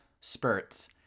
spurts